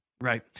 Right